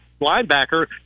linebacker